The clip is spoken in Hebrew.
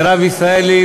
מירב ישראלי